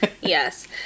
Yes